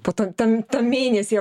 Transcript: po to ten tą mėnesį